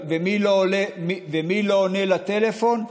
ומי לא עונה לטלפון?